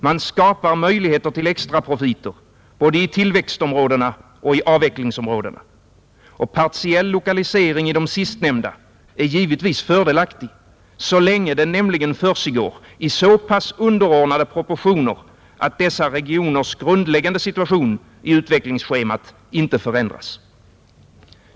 Man skapar möjligheter till extraprofiter både i tillväxtområdena och i avvecklingsområdena. Och partiell lokalisering i de sistnämnda är givetvis fördelaktig — så länge den nämligen försiggår i så pass underordnade proportioner, att dessa regioners grundläggande situation i utvecklingsschemat inte förändras.